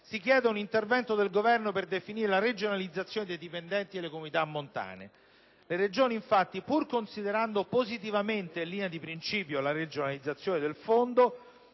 si chiede un intervento del Governo per definire la regionalizzazione dei dipendenti delle comunità montane. Le Regioni infatti, pur considerando positivamente in linea di principio la regionalizzazione del Fondo,